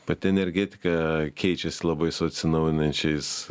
pati energetika keičiasi labai su atsinaujinančiais